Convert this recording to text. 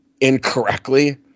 incorrectly